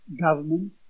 government